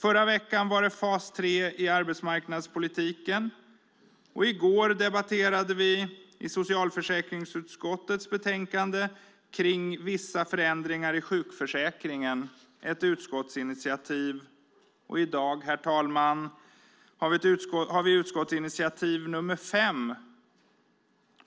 Förra veckan gällde det fas 3 i arbetsmarknadspolitiken. I går debatterade vi ett utskottsinitiativ med anledning av socialförsäkringsutskottets betänkande om vissa förändringar i sjukförsäkringen, och i dag har vi utskottsinitiativ nr 5